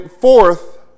fourth